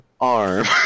arm